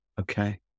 Okay